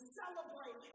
celebrate